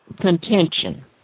contention